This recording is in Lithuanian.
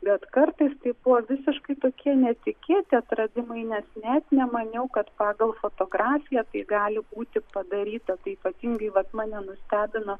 bet kartais tai buvo visiškai tokie netikėti atradimai nes net nemaniau kad pagal fotografiją tai gali būti padaryta tai ypatingai vat mane nustebino